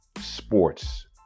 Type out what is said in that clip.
sports